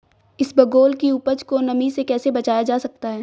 इसबगोल की उपज को नमी से कैसे बचाया जा सकता है?